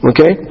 Okay